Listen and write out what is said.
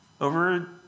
over